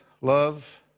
love